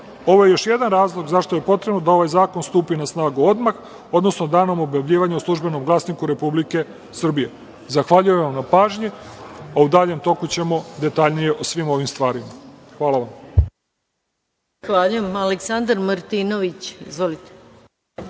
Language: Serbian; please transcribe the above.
je još jedan razlog zašto je potrebno da ovaj zakon stupi na snagu odmah, odnosno danom objavljivanja u „Službenom glasniku“ Republike Srbije. Zahvaljujem vam na pažnji. U daljem toku ćemo detaljnije o svim ovim stvarima. Hvala. **Maja Gojković** Reč